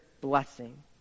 blessing